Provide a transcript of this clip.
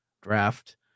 draft